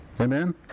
Amen